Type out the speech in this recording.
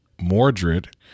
Mordred